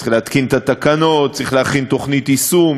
צריך להתקין את התקנות, צריך להכין תוכנית יישום.